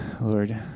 Lord